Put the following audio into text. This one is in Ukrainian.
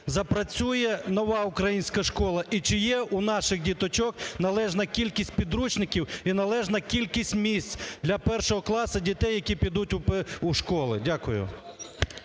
запрацює нова українська школа і чи є у наших діточок належна кількість підручників і належна кількість для першого класу дітей, які підуть у школи? Дякую.